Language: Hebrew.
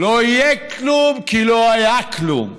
לא יהיה כלום כי לא היה כלום.